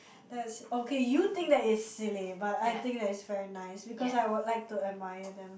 that's okay you think that is silly but I think that it's very nice because I would like to admire them